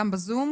גם בזום.